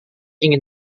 ingin